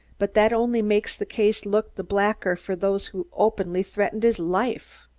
but that only makes the case look the blacker for those who openly threatened his life.